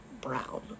brown